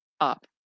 up